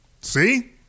See